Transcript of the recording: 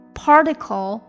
particle